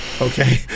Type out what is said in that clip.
okay